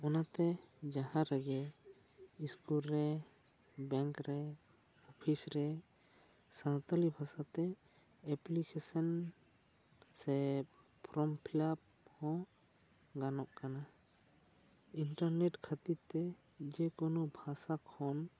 ᱚᱱᱟᱛᱮ ᱡᱟᱦᱟᱸ ᱨᱮᱜᱮ ᱤᱥᱠᱩᱞ ᱨᱮ ᱵᱮᱝᱠ ᱨᱮ ᱳᱯᱷᱤᱥ ᱨᱮ ᱥᱟᱱᱛᱟᱲᱤ ᱵᱷᱟᱥᱟ ᱛᱮ ᱮᱯᱞᱤᱠᱮᱥᱟᱱ ᱥᱮ ᱯᱷᱨᱚᱢ ᱯᱷᱤᱞᱟᱯ ᱦᱚᱸ ᱜᱟᱱᱚᱜ ᱠᱟᱱᱟ ᱤᱱᱴᱟᱨᱱᱮᱴ ᱠᱷᱟᱹᱛᱤᱨ ᱛᱮ ᱡᱮ ᱠᱳᱱᱳ ᱵᱷᱟᱥᱟ ᱠᱷᱚᱱ